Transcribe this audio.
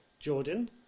Jordan